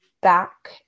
back